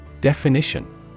Definition